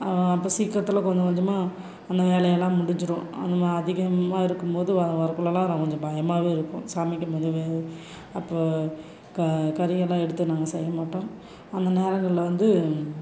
அப்போ சீக்கிரத்தில் கொஞ்சம் கொஞ்சமாக அந்த வேலையெல்லாம் முடிஞ்சிடும் அந்த அதிகமாக இருக்கும்போது வர்றதுக்குள்ளலாம் நான் கொஞ்சம் பயமாகவே இருக்கும் சமைக்கும் போது அப்போ கறியெல்லாம் எடுத்து நாங்கள் செய்யமாட்டோம் அந்த நேரங்களில் வந்து